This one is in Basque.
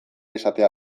izatea